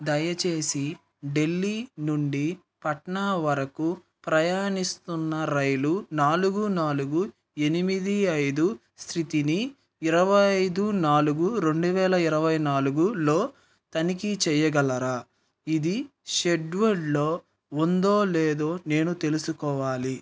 దయచేసిఢిల్లీ నుండి పట్నా వరకు ప్రయాణిస్తున్న రైలు నాలుగు నాలుగు ఎనిమిది ఐదు స్థితిని ఇరవై ఐదు నాలుగు రెండు వేల ఇరవై నాలుగులో తనిఖీ చెయ్యగలరా ఇది షెడ్యూల్లో ఉందో లేదో నేను తెలుసుకోవాలి